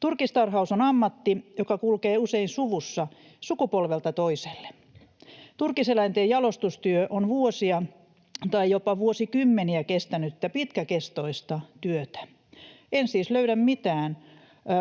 Turkistarhaus on ammatti, joka kulkee usein suvussa sukupolvelta toiselle. Turkiseläinten jalostustyö on vuosia tai jopa vuosikymmeniä kestänyttä pitkäkestoista työtä. En siis löydä mitään